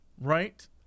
Right